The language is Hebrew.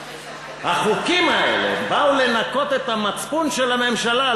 החוקים האלה באו לנקות את המצפון של הממשלה,